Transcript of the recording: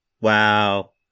wow